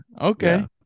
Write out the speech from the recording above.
Okay